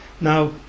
Now